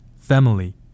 family